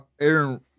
Aaron